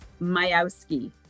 Mayowski